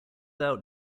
out